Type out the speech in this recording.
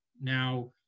now